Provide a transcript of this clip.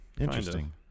Interesting